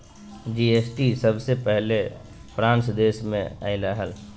GST सबसे पहले France देश मे अइले हल